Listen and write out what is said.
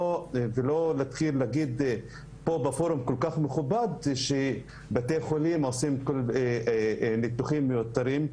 ולא להגיד פה בפורום כל כך מכובד שבתי חולים עושים ניתוחים מיותרים.